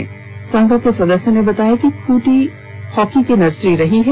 कृश्ती संघ के सदस्यों ने बताया कि खूंटी हॉकी की नर्सरी रही है